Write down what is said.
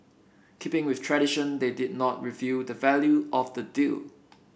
keeping with tradition they did not reveal the value of the deal